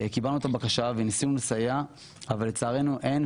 - קיבלנו את הבקשה וניסינו לסייע אבל לצערנו אין,